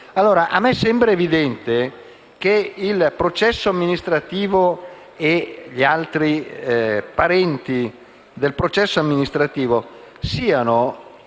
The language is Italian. A me sembra evidente che il processo amministrativo e gli altri parenti del processo amministrativo siano